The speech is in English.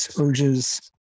urges